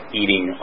eating